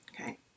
Okay